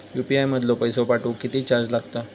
UPI मधलो पैसो पाठवुक किती चार्ज लागात?